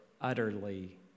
utterly